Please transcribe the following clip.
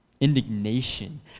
indignation